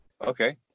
Okay